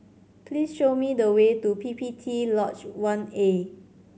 please show me the way to P P T Lodge One A